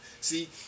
see